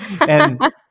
and-